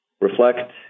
reflect